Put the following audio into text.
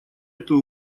эту